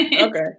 okay